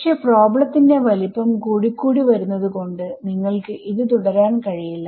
പക്ഷെ പ്രോബ്ലത്തിന്റെ വലുപ്പം കൂടി കൂടി വരുന്നത് കൊണ്ട് നിങ്ങൾക്ക് ഇത് തുടരാൻ കഴിയില്ല